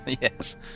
Yes